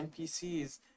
NPCs